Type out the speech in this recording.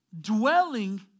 dwelling